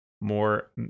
more